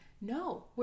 No